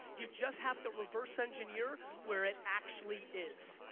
you just have to reverse engineer where it actually is.